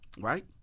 right